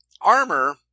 armor